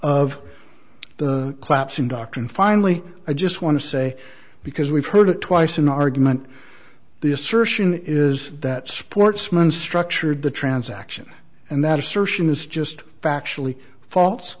of the claps in doctrine finally i just want to say because we've heard it twice an argument the assertion is that sportsman structured the transaction and that assertion is just factually false